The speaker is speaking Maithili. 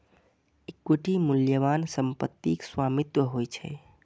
इक्विटी मूल्यवान संपत्तिक स्वामित्व होइ छै